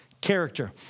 character